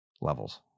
levels